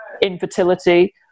infertility